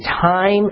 time